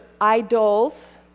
idols